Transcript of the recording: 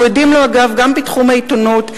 אנחנו עדים לו גם בתחום העיתונות,